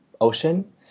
ocean